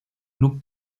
club